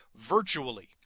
virtually